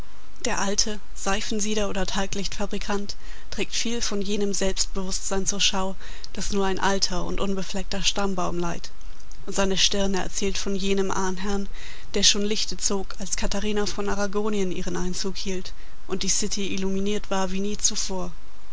der alte seifensieder oder talglichtfabrikant trägt viel von jenem selbstbewußtsein zur schau das nur ein alter und unbefleckter stammbaum leiht und seine stirne erzählt von jenem ahnherrn der schon lichte zog als katharina von arragonien ihren einzug hielt und die city illuminiert war wie nie zuvor